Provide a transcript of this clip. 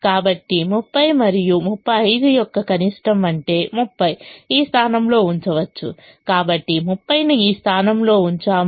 కాబట్టి 30 మరియు 35 యొక్క కనిష్టం అంటే 30 ఈ స్థానంలో ఉంచవచ్చు కాబట్టి 30 ను ఈ స్థానంలో ఉంచాము